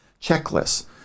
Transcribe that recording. checklists